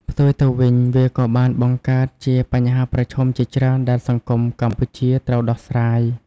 ផ្ទុយទៅវិញ វាក៏បានបង្កើតជាបញ្ហាប្រឈមជាច្រើនដែលសង្គមកម្ពុជាត្រូវដោះស្រាយ។